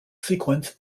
sequence